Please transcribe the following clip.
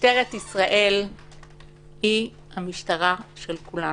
שמשטרת ישראל היא המשטרה של כולנו.